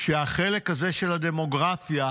כשהחלק הזה של הדמוגרפיה